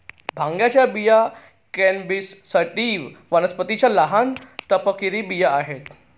भांगाच्या बिया cannabis sativa वनस्पतीच्या लहान, तपकिरी बिया आहेत